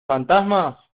fantasmas